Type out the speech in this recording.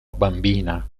bambina